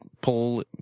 pull